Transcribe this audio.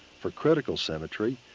for critical symmetry,